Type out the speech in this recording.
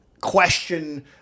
question